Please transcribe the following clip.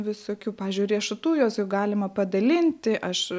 visokių pavyzdžiui riešutų juos galima padalinti aš